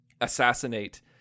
assassinate